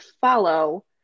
follow